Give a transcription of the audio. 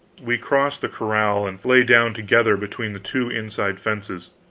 we crossed the corral and lay down together between the two inside fences.